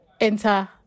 enter